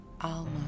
Alma